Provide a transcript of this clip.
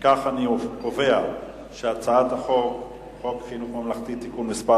אם כך, אני קובע שחוק חינוך ממלכתי (תיקון מס'